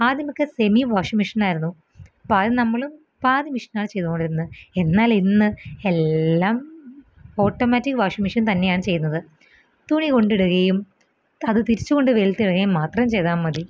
ആദ്യമൊക്കെ semi washing മിഷിനാരുന്നു പാതി നമ്മളും പാതി മെഷിനാ ചെയ്തോണ്ടിരുന്നത് എന്നാലിന്ന് എല്ലാം ഓട്ടോമാറ്റിക് വാഷിങ് മിഷ്യൻ തന്നെയാണ് ചെയ്യുന്നത് തുണി കൊണ്ടിടുകയും അത് തിരിച്ച് കൊണ്ട് വെയിലത്തിടുകയും മാത്രം ചെയ്താൽ മതി